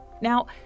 Now